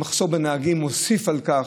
המחסור בנהגים מוסיף על כך.